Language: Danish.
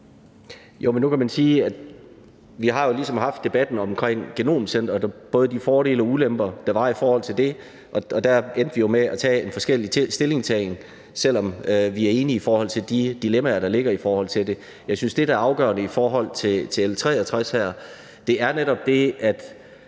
har haft debatten om genomcenteret, både de fordele og de ulemper, der var i forhold til det, og der endte vi jo med en forskellig stillingtagen, selv om vi er enige i forhold til de dilemmaer, der ligger i det. Jeg synes, at det, der er afgørende i forhold til L 63 her, netop er det, at